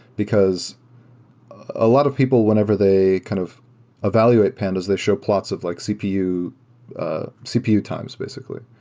because a lot of people, whenever they kind of evaluate pandas, they show plots of like cpu ah cpu times, basically.